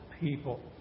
people